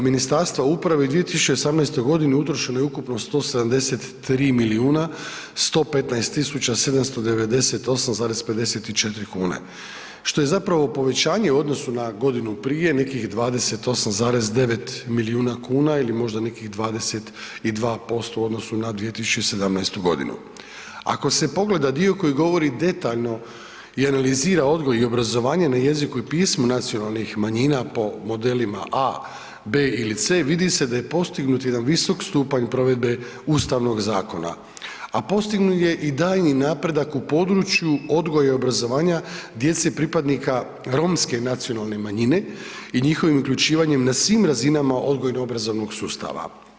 Ministarstvo uprave je u 2018. g. utrošeno je ukupno 173 115 798,54 kn, što je zapravo povećanje u odnosu na godinu prije nekih 28,9 milijuna kuna ili možda nekih 22% u odnosu na 2017. g. Ako se pogleda dio koji govori detaljno i analizira odgoj i obrazovanje na jeziku i pismu nacionalnih manjina po modelima A, B ili C, vidi se da je postignut jedan visok stupanj provedbe Ustavnog zakona, a postignut je i daljnji napredak u području odgoja i obrazovanja djece pripadnika romske nacionalne manjine i njihovim uključivanjem na svim razinama odgojno-obrazovnog sustava.